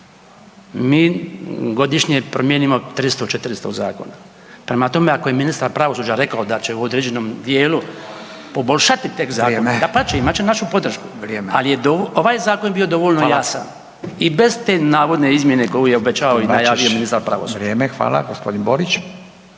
Mi godišnje promijenimo 300, 400 zakona. Prema tome ako je ministar pravosuđa rekao da će u određenom dijelu poboljšati tekst zakona …/Upadica: Vrijeme./… dapače imat će našu podršku, ali je ovaj zakon bio dovoljno jasan i bez te navodne izmjene koju je obećao i najavio ministar …/Upadica: Vrijeme, hvala./… pravosuđa.